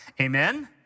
Amen